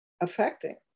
affecting